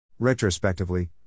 Retrospectively